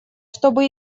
чтобы